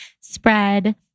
spread